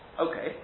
Okay